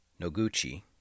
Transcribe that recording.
Noguchi